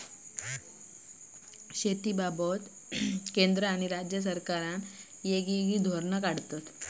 शेतीबाबत केंद्र आणि राज्य सरकारा येगयेगळे धोरण चालवतत